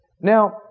Now